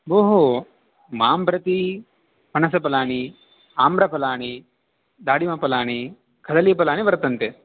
भोः माम् प्रति पनसफलानि आम्रफलानि दाडिमफलानि खदलिफलानि वर्तन्ते